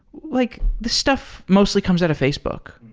like the stuff mostly comes out of facebook,